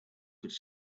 could